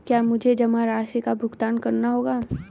क्या मुझे जमा राशि का भुगतान करना होगा?